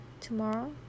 tomorrow